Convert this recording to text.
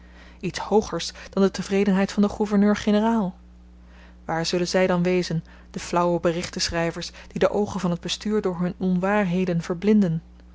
iets hoogers dan de tevredenheid van den gouverneur-generaal waar zullen zy dan wezen de flauwe berichtenschryvers die de oogen van t bestuur door hun onwaarheden verblindden